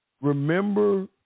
remember